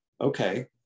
Okay